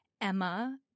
Emma